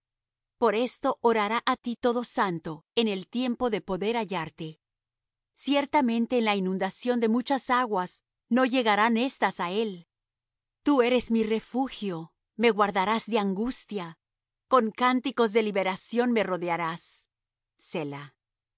por esto orará á ti todo santo en el tiempo de poder hallarte ciertamente en la inundación de muchas aguas no llegarán éstas á él tú eres mi refugio me guardarás de angustia con cánticos de liberación me rodearás selah te